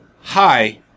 Hi